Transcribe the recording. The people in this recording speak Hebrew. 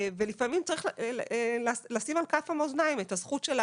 ולפעמים צריך לשים על כף המאזניים את הזכות,